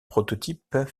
prototypes